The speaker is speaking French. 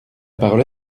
parole